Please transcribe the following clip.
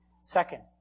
Second